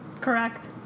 Correct